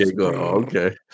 okay